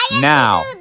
now